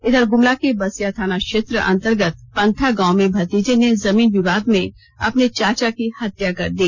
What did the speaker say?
इधर गुमला के बसिया थाना क्षेत्र अंतर्गत पंथा गांव में भतीजे ने जमीन विवाद में अपने चाचा की हत्या कर दी